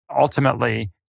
ultimately